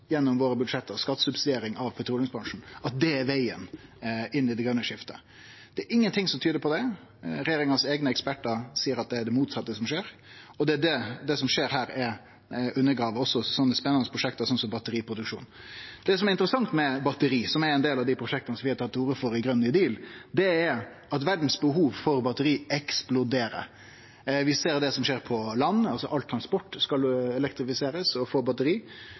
er vegen inn i det grøne skiftet. Det er ingenting som tyder på det. Regjeringas eigne ekspertar seier at det er det motsette som skjer, og at det som skjer her hos oss, undergrev spanande prosjekt som batteriproduksjon. Det som er interessant med batteriprosjekt – som er ein del av dei prosjekta vi har tatt til orde for i Grønn ny deal – er at verdas behov for batteri eksploderer. Vi ser det som skjer på land, at all transport skal elektrifiserast og få batteri,